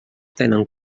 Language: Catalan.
tenen